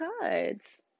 cards